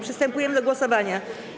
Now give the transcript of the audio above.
Przystępujemy do głosowania.